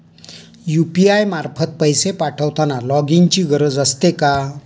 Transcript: UPI मार्फत पैसे पाठवताना लॉगइनची गरज असते का?